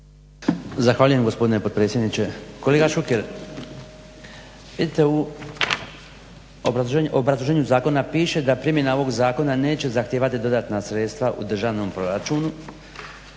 Zahvaljujem gospodine predsjedniče. Kolega Šuker vidite u obrazloženju zakona piše da primjena ovog zakona neće zahtijevati dodatna sredstva u državnom proračunu